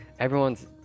Everyone's